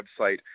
website